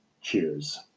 cheers